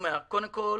קודם כול,